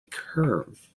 curve